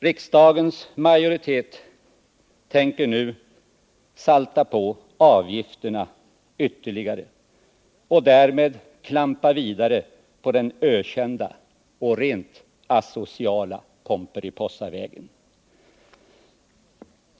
Riksdagens majoritet tänker nu salta på avgifterna ytterligare och därmed klampa vidare på den ökända och rent asociala Pomperipossavägen.